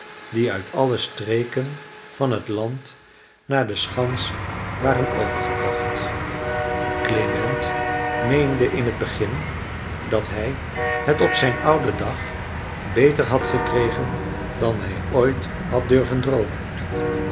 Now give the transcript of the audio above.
die uit alle streken van het land naar de schans waren overgebracht klement meende in t begin dat hij het op zijn ouden dag beter had gekregen dan hij ooit had durven droomen